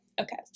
Okay